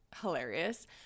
hilarious